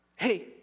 Hey